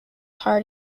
hard